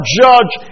judge